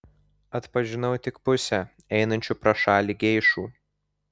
atpažinau tik pusę einančių pro šalį geišų